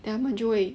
then 他们就会